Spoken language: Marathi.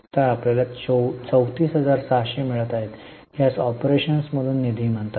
तर आपल्याला 34600 मिळत आहेत ज्यास ऑपरेशन्समधून निधी म्हणतात